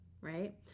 right